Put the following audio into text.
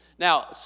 Now